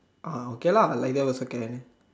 ah okay lah like that also can